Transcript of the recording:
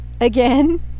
again